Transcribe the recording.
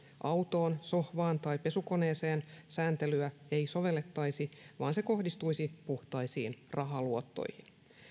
autoon sohvaan tai pesukoneeseen sääntelyä ei sovellettaisi vaan se kohdistuisi puhtaisiin rahaluottoihin